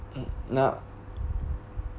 mm now